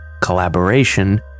collaboration